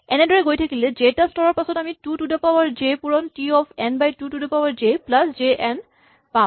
এনেদৰে গৈ থাকিলে জে টা স্তৰৰ পাছত আমি two to the power J পুৰণ T of N by two to the power J plus J পুৰণ এন পাম